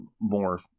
more